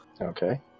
okay